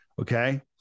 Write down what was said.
Okay